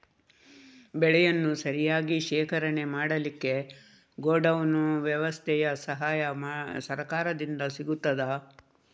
ಬೆಳೆಯನ್ನು ಸರಿಯಾಗಿ ಶೇಖರಣೆ ಮಾಡಲಿಕ್ಕೆ ಗೋಡೌನ್ ವ್ಯವಸ್ಥೆಯ ಸಹಾಯ ಸರಕಾರದಿಂದ ಸಿಗುತ್ತದಾ?